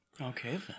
okay